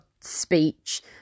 speech